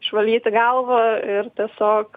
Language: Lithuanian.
išvalyti galvą ir tiesiog